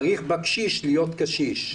צריך בקשיש להיות קשיש.